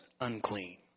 unclean